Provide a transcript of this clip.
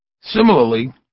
Similarly